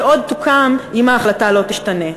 שעוד תוקם אם ההחלטה לא תשתנה,